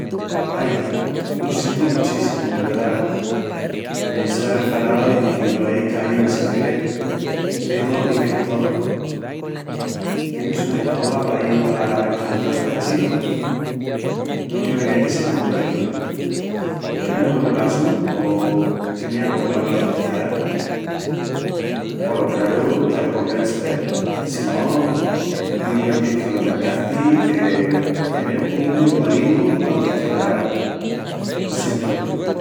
Ai, lo sientu muchíssimu, de verdá. Me-s'a refalau i lo ei caíu en sin querel, qué torpi que estó. Tienis una escoba paí pa recogel tolos cachinus? No quieru que naidi se de un cuerti. Era nuevu el vasu o tenía angún valol especial? Polo craru, te-lo compensu, e... Si no, di-mi óndi es que lo mercasti, que te mercu unu igualinu quantis que puea... Lo sientu.”